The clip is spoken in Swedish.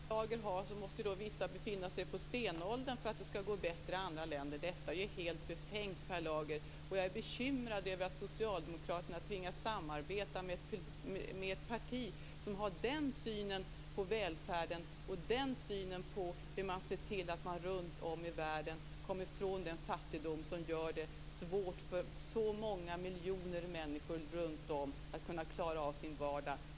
Fru talman! Med det synsätt som Per Lager har måste ju vissa befinna sig på stenåldern för att det skall gå bättre i andra länder. Detta är ju helt befängt, Jag är bekymrad över att Socialdemokraterna tvingas samarbeta med ett parti som har den synen på välfärden och den synen på hur man kan se till att människor runt om i världen kommer ifrån den fattigdom som gör det svårt för så många miljoner människor att kunna klara av sin vardag.